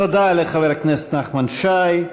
תודה לחבר הכנסת נחמן שי.